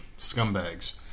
scumbags